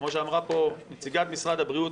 כמו שאמרה פה נציגת משרד הבריאות,